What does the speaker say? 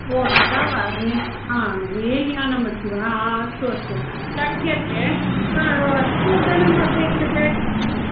ओ तथा वा रे रेल् यानम् अस्ति वा अस्तु अस्तु शक्यते कियत् धनम् अपेक्षते